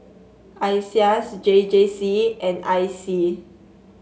Iseas J J C and I C